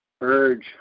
urge